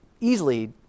easily